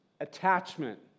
attachment